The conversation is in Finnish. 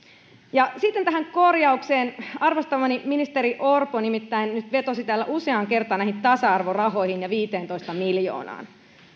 sitten tähän korjaukseen arvostamani ministeri orpo nimittäin nyt vetosi täällä useaan kertaan näihin tasa arvorahoihin ja viiteentoista miljoonaan